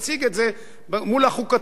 מול החוקתיות של החוק ואומר,